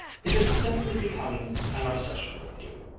it is simply becoming an obsession with you!